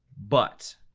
but.